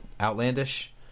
outlandish